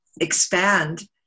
expand